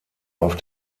auf